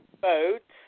boat